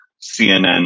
CNN